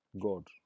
God